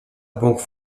banque